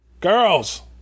girls